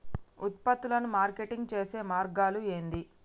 ఉత్పత్తులను మార్కెటింగ్ చేసే మార్గాలు ఏంది?